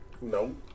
No